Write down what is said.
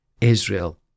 Israel